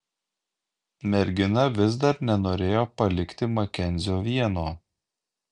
mergina vis dar nenorėjo palikti makenzio vieno